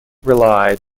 relied